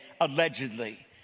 allegedly